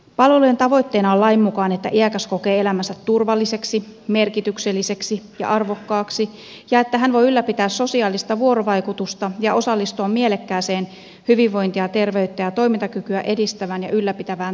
palveluiden tavoitteena on lain mukaan että iäkäs kokee elämänsä turvalliseksi merkitykselliseksi ja arvokkaaksi ja että hän voi ylläpitää sosiaalista vuorovaikutusta ja osallistua mielekkääseen hyvinvointia terveyttä ja toimintakykyä edistävään ja ylläpitävään toimintaan